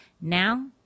Now